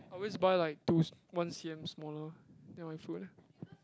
I always buy like two one c_m smaller than my foot